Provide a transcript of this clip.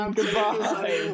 Goodbye